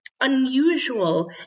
unusual